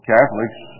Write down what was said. Catholics